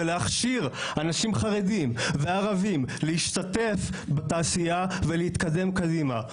ולהכשיר אנשים חרדים וערבים להשתתף בתעשייה ולהתקדם קדימה,